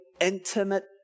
intimate